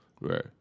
right